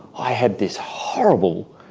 i had this horrible,